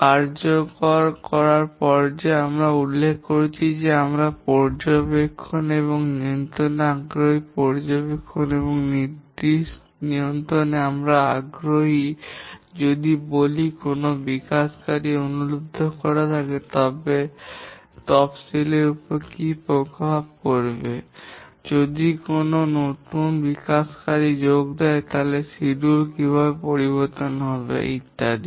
কার্যকর করার পর্যায়ে যেমন আমরা উল্লেখ করেছি আমরা পর্যবেক্ষণ এবং নিয়ন্ত্রণে আগ্রহী control পর্যবেক্ষণ এবং নিয়ন্ত্রণে আমরা আগ্রহী যদি আমাদের বলি যে কোনও বিকাশকারী অনুপলব্ধ হয়ে যায় তবে তফসিলের কী প্রভাব পড়বে যদি কোনও নতুন বিকাশকারী যোগ দেয় তবে শিডিয়ুল কীভাবে পরিবর্তন হবে ইত্যাদি